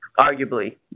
arguably